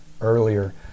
earlier